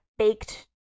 baked